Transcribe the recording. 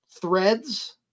threads